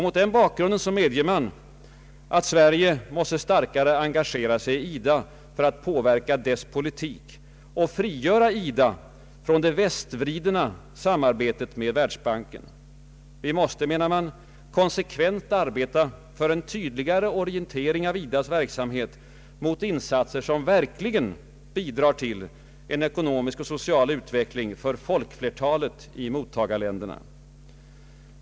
Mot den bakgrunden medger man att Sverige måste starkare engagera sig i IDA för att påverka dess politik och frigöra IDA från det västvridna samarbetet med Världsbanken. Vi måste, menar man, ”konsekvent arbeta för en tydligare orientering av IDA:s verksamhet mot insatser som verkligen bidrar till en ekonomisk och social utveckling för folkflertalet i mottagarländerna”.